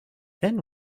then